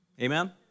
Amen